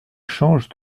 change